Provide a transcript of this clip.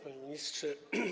Panie Ministrze!